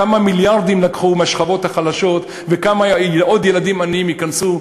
כמה מיליארדים לקחו מהשכבות החלשות וכמה עוד ילדים עניים ייכנסו,